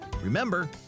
Remember